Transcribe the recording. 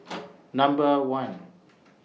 Number one